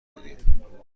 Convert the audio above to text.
بودیم